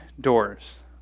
doors